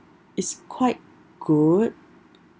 it's quite good